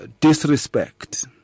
disrespect